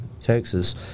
Texas